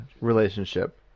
relationship